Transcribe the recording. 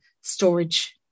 storage